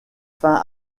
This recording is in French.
fin